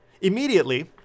Immediately